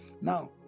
Now